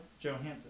Johansson